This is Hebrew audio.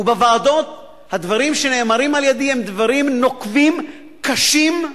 והדברים שאני אומר בוועדות הם דברים נוקבים, קשים,